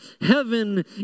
Heaven